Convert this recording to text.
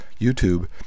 YouTube